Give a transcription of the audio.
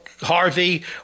Harvey